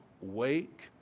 wake